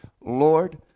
Lord